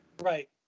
Right